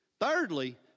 Thirdly